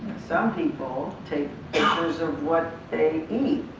some people take pictures of what they eat.